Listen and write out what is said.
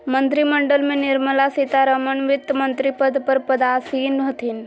मंत्रिमंडल में निर्मला सीतारमण वित्तमंत्री पद पर पदासीन हथिन